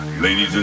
Ladies